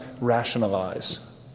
rationalize